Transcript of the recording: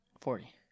Forty